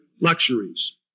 luxuries